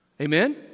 Amen